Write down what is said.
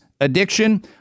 addiction